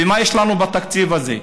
ומה יש לנו בתקציב הזה?